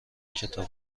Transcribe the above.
کتاب